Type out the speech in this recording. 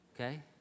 Okay